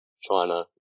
China